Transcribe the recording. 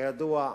כידוע,